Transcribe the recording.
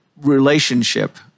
relationship